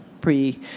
pre